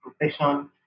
profession